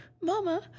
mama